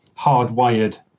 hardwired